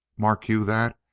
mark you that,